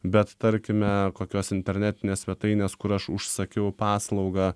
bet tarkime kokios internetinės svetainės kur aš užsakiau paslaugą